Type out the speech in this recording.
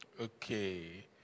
Okay